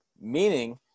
meaning